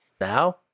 Now